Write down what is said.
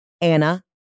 Anna